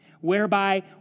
whereby